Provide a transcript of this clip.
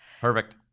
Perfect